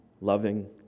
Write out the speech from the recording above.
loving